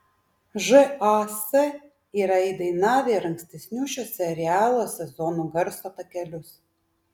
žas yra įdainavę ir ankstesnių šio serialo sezonų garso takelius